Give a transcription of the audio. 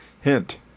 Hint